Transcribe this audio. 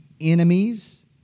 enemies